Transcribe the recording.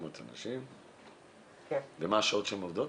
מה שעות העבודה?